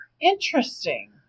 Interesting